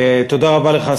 תודה רבה לך,